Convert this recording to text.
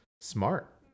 Smart